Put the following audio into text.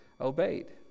obeyed